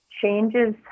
changes